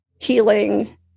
healing